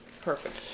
perfect